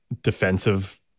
defensive